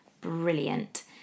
brilliant